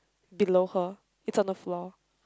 below her it's on the floor